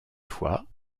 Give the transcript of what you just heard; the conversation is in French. fois